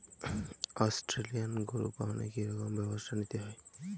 Australian গরু পালনে কি রকম ব্যবস্থা নিতে হয়?